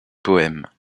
poèmes